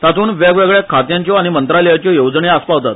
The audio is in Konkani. तातूंत वेगवेगळ्या खात्यांच्यो आऩी मंत्रालयांच्यो येवजण्यो आसपावतात